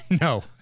No